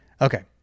Okay